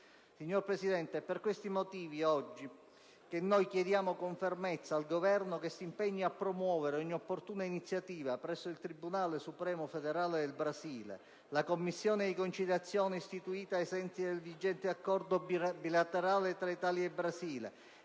Signor Presidente, è per questi motivi che oggi, quindi, chiediamo con fermezza al Governo che si impegni a promuovere ogni opportuna iniziativa presso il Tribunale supremo federale del Brasile, presso la Commissione di conciliazione istituita ai sensi del vigente accordo bilaterale tra Italia e Brasile